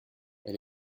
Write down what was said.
elle